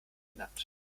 genannt